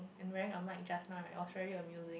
I'm wearing a mic just now right was very amusing